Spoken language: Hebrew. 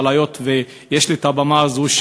אבל היות שיש לי את הבמה הזאת,